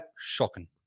Shocking